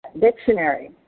dictionary